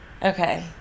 Okay